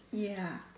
ya